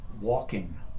Walking